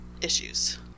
issues